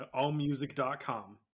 Allmusic.com